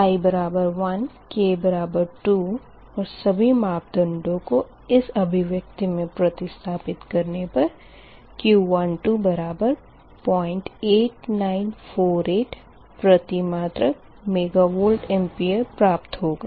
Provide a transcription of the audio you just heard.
i 1 k 2 और सभी मापदंडों को इस अभिव्यक्ति में प्रतिस्थापित करने पर Q12 बराबर 08948 प्रतिमात्रक मेगावार प्राप्त होगा